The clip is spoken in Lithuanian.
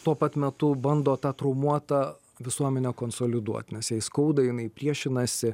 tuo pat metu bando tą traumuotą visuomenę konsoliduot nes jai skauda jinai priešinasi